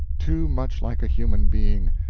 too much like a human being,